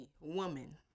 woman